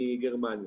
מגרמניה.